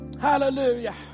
Hallelujah